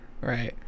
right